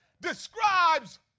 describes